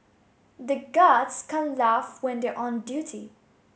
the guards can't laugh when they on duty